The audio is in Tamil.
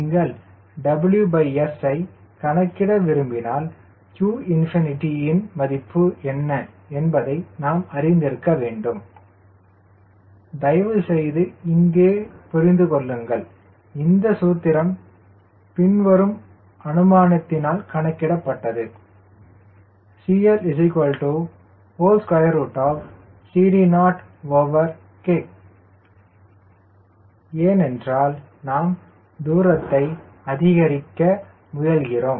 நீங்கள் W S ஐக் கணக்கிட விரும்பினால் qꝏ இன் மதிப்பு என்ன என்பதை நாம் அறிந்திருக்க வேண்டும் தயவுசெய்து இங்கே புரிந்து கொள்ளுங்கள் இந்த சூத்திரம் பின்வரும் அனுமானத்தினால் கணக்கிடப்பட்டது CLCD0K ஏனென்றால் நாம் தூரத்தை அதிகரிக்கிறோம்